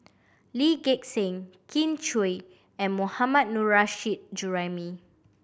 Lee Gek Seng Kin Chui and Mohammad Nurrasyid Juraimi